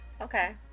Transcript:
Okay